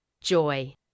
Joy